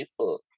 Facebook